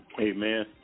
Amen